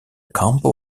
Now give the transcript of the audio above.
campo